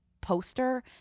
poster